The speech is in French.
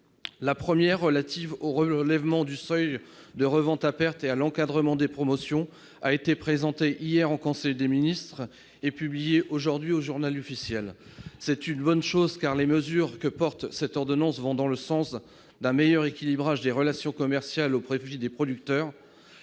La première, relative au relèvement du seuil de revente à perte et à l'encadrement des promotions, a été présentée hier en conseil des ministres et publiée aujourd'hui au. C'est une bonne chose, car les mesures portées par cette ordonnance vont dans le sens d'un meilleur rééquilibrage des relations commerciales au profit des producteurs.